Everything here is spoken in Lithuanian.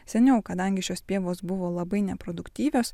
seniau kadangi šios pievos buvo labai neproduktyvios